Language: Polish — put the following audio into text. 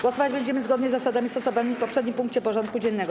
Głosować będziemy zgodnie z zasadami stosowanymi w poprzednim punkcie porządku dziennego.